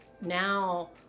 now